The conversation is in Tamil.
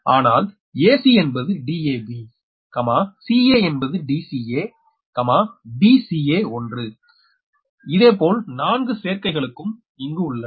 ஆனால் ac என்பது Dab ca என்பது dcadca1 இதேபோல் 4 சேர்க்கைகளும் இங்கு உள்ளன